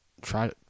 Try